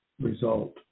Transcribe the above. result